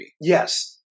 yes